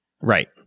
Right